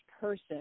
person